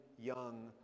young